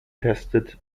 tested